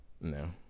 No